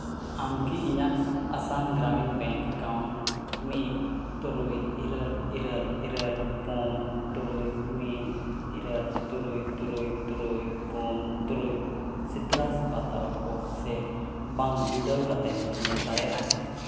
ᱟᱢ ᱠᱤ ᱤᱧᱟᱹᱜ ᱟᱥᱟᱢ ᱜᱨᱟᱢᱤᱱ ᱵᱮᱝᱠ ᱮᱠᱟᱣᱩᱱᱴ ᱢᱤᱫ ᱛᱩᱨᱩᱭ ᱤᱨᱟᱹᱞ ᱤᱨᱟᱹᱞ ᱤᱨᱟᱹᱞ ᱯᱩᱱ ᱛᱩᱨᱩᱭ ᱢᱤᱫ ᱤᱨᱟᱹᱞ ᱛᱩᱨᱩᱭ ᱛᱩᱨᱩᱭ ᱛᱩᱨᱩᱭ ᱯᱩᱱ ᱛᱩᱨᱩᱭ ᱥᱤᱛᱨᱟᱥ ᱵᱟᱛᱟᱣᱟᱠᱚ ᱥᱮ ᱵᱟᱝ ᱵᱤᱰᱟᱹᱣ ᱠᱟᱛᱮᱢ ᱧᱮᱞ ᱫᱟᱲᱮᱭᱟᱜᱼᱟ